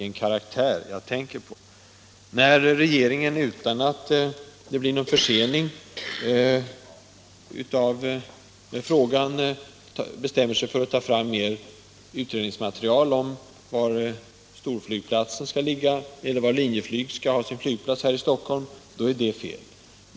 När regeringen, utan att det blir någon försening av frågan, bestämmer sig för att ta fram mer utredningsmaterial om var Linjeflyg skall ha sin flygplats här i Stockholm, är det fel.